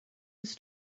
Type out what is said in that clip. his